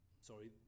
Sorry